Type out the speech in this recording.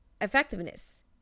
effectiveness